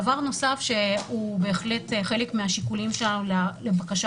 דבר נוסף שהוא בהחלט חלק מהשיקולים שלנו לבקשה